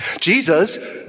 Jesus